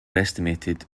estimated